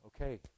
okay